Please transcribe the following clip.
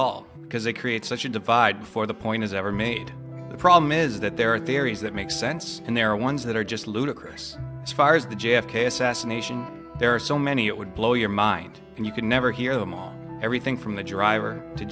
all because it creates such a divide for the point is ever made the problem is that there are theories that make sense and there are ones that are just ludicrous as far as the j f k assassination there are so many it would blow your mind and you could never hear them on everything from the driver to